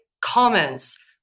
comments